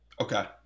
Okay